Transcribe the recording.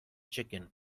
chicken